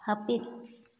ᱦᱟ ᱯᱤᱫ